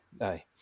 aye